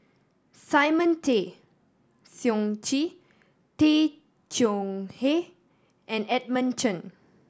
Simon Tay Seong Chee Tay Chong Hai and Edmund Chen